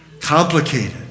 complicated